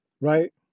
Right